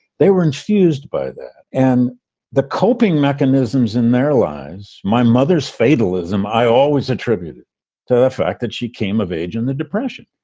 they were infused by that and the coping mechanisms in their lives. my mother's fatalism, i always attributed to the fact that she came of age in the depression.